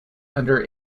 under